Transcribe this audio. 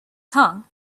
tongue